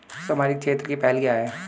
सामाजिक क्षेत्र की पहल क्या हैं?